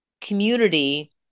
community